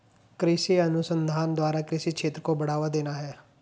कृषि अनुसंधान द्वारा कृषि क्षेत्र को बढ़ावा देना है